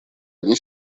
они